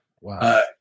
Wow